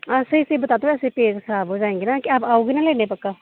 ऐसे बताओ ना ऐसे पेज़ खराब हो जायेंगे ना आप आओगे ना लैने को पक्का